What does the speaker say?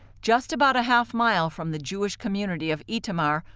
just about a half mile from the jewish community of etamar,